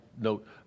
note